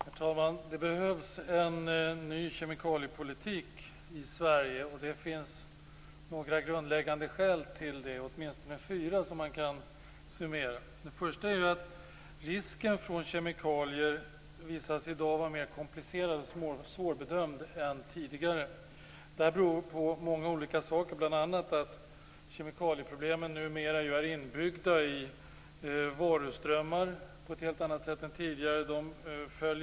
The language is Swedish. Herr talman! Det behövs en ny kemikaliepolitik i Sverige. Det finns åtminstone fyra grundläggande skäl till det. Det första skälet är att risken från kemikalier i dag har visat sig vara mer komplicerad och svårbedömd än tidigare. Det här beror på många olika saker, bl.a. att kemikalieproblemen numera på ett helt annat sätt än tidigare är inbyggda i varuströmmar.